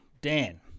Dan